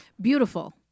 Beautiful